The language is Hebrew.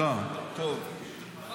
יבגני, אתה צריך